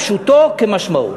פשוטו כמשמעו.